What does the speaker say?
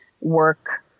work